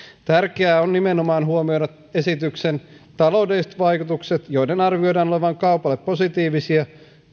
tärkeää on nimenomaan huomioida esityksen taloudelliset vaikutukset joiden arvioidaan olevan kaupalle positiivisia